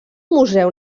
museu